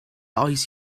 oes